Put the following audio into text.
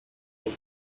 pray